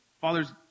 fathers